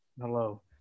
hello